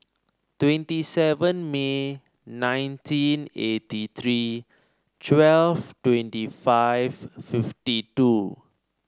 twenty seven May nineteen eighty three twelve twenty five fifty two